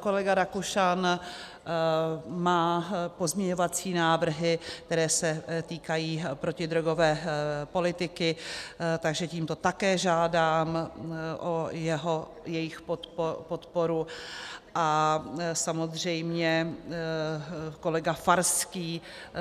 Kolega Rakušan má pozměňovací návrhy, které se týkají protidrogové politiky, takže tímto také žádám o jejich podporu, a samozřejmě kolega Farský